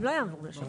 הם לא יעברו לשב"ן,